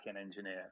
engineer